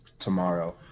tomorrow